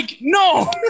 no